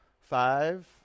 five